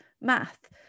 math